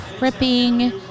ripping